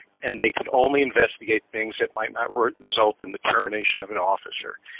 and they could only investigate things that might not result in the termination of an officer.